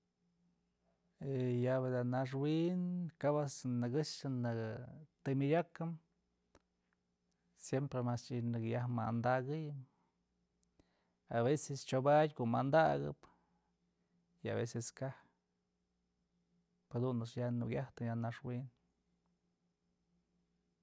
Ëë yabë naxwin kap ëjt's nëkëxë nëkë tëmëdyakëm siemprem a'ax ih nakë yaj më andakëyëm a veces chyobatyë ko'o mandakëp y a veces kaj jadun a'ax ya jukyajtëm ya naxwin.